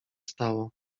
stało